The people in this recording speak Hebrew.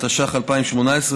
התשע"ח 2018,